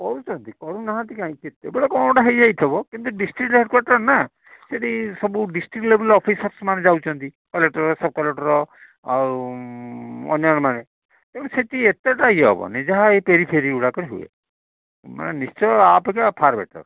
କରୁଛନ୍ତି କରୁନାହାଁନ୍ତି କାହିଁକି କେତବେଳେ କ'ଣ ଗୋଟା ହେଇଯାଇଥିବ କିନ୍ତୁ ଡିଷ୍ଟ୍ରିକ୍ ହେଡ଼୍କ୍ୱାର୍ଟର୍ ନାଁ ସେଠି ସବୁ ଡିଷ୍ଟ୍ରିଟ୍ ଲେବଲ୍ ଅଫିସର୍ସ୍ ମାନେ ଯାଉଛନ୍ତି କଲେକ୍ଟର୍ ସବ୍ କଲେକ୍ଟର୍ ଆଉ ଅନ୍ୟମାନେ ତେବେ ସେଠି ଏତେଟା ଇଏ ହବନି ଯାହା ଇଏ ପେରିଫେରୀ ଗୁଡ଼ାକ ହୁଏ ନିଶ୍ଚୟ ଆ ଅପେକ୍ଷା ଫାର୍ ବେଟର୍